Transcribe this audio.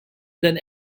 than